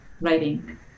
writing